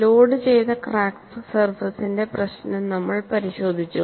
ലോഡുചെയ്ത crack സർഫേസിന്റെ പ്രശ്നം നമ്മൾ പരിശോധിച്ചു